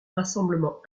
rassemblement